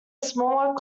smaller